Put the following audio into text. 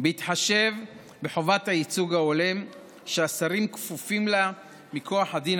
בהתחשב בחובת הייצוג ההולם שהשרים כפופים לה מכוח הדין